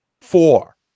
Four